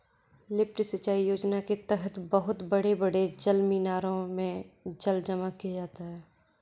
lift सिंचाई योजना के तहद बहुत बड़े बड़े जलमीनारों में जल जमा किया जाता है